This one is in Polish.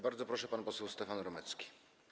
Bardzo proszę, pan poseł Stefan Romecki.